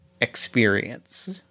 experience